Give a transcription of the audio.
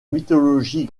mythologie